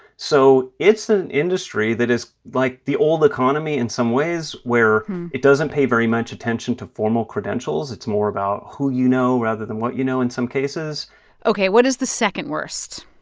so it's an industry that is like the old economy in some ways, where it doesn't pay very much attention to formal credentials. it's more about who you know, rather than what you know in some cases ok. what is the second worst?